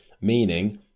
meaning